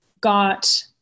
got